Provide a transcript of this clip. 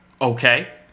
okay